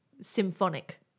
symphonic